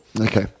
Okay